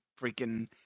freaking